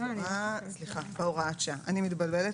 אני מתבלבלת.